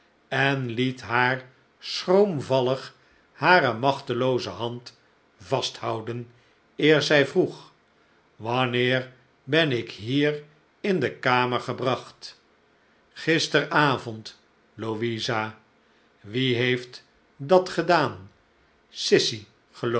en liet haar schroomvallig hare machtelooze hand vasthouden eer zij vroeg wanneer ben ik hier in de kamer gebracht gisteravond louisa wie heeft dat gedaan sissy